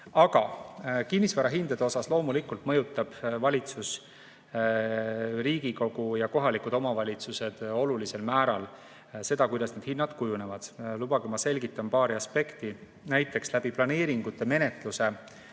Aga kinnisvarahindade puhul loomulikult mõjutavad valitsus, Riigikogu ja kohalikud omavalitsused olulisel määral seda, kuidas need hinnad kujunevad. Lubage, ma selgitan paari aspekti. Näiteks läbi planeeringute menetluse,